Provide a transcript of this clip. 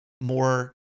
more